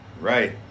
Right